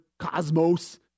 cosmos